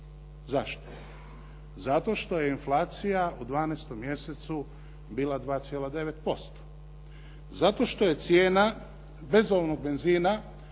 Zašto? Zato što je inflacija u 12. mjesecu bila 2,9%. Zato što je cijena bezolovnog benzina